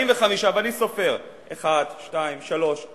45, ואני סופר: אחת,